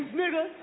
nigga